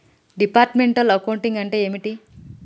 Departmental accounting అంటే ఏమిటి?